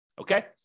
okay